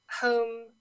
home